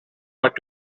but